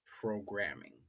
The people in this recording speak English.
programming